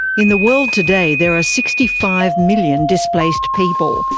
in the world today there are sixty five million displaced people,